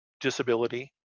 disability